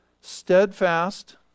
Steadfast